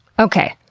okay,